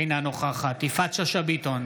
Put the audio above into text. אינה נוכחת יפעת שאשא ביטון,